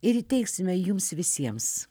ir įteiksime jums visiems